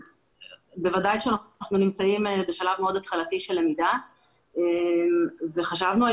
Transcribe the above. בוודאי כשאנחנו נמצאים בשלב מאוד התחלתי של למידה וחשבנו על